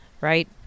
right